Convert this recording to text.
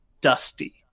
dusty